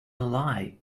lie